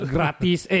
Gratis